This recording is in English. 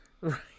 Right